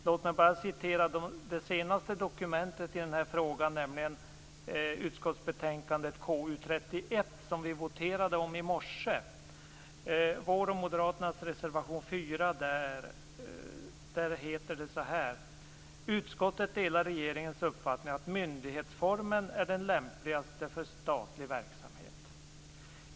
Låt mig bara citera det senaste dokumentet i denna fråga, nämligen från utskottsbetänkandet KU31, som vi voterade om i morse, där det i vår och moderaternas reservation 4 heter så här: "Utskottet delar regeringens uppfattning att myndighetsformen är lämpligast för statlig verksamhet.